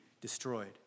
destroyed